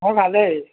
মোৰ ভালেই